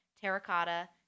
terracotta